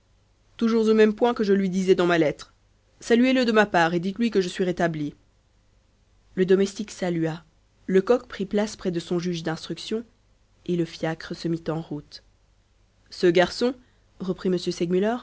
toujours au point que je lui disais dans ma lettre saluez le de ma part et dites-lui que je suis rétabli le domestique salua lecoq prit place près de son juge d'instruction et le fiacre se mit en route ce garçon reprit